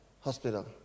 hospital